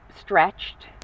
stretched